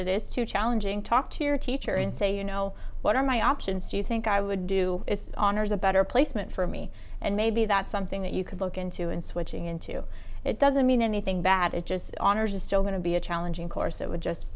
it is too challenging talk to your teacher and say you know what are my options do you think i would do honors a better placement for me and maybe that's something that you could look into and switching into it doesn't mean anything bad it just honors is still going to be a challenging course that would just